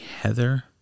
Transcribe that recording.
Heather